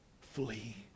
flee